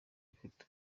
bafite